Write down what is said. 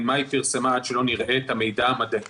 מה היא פרסמה עד שלא נראה את המידע המדעי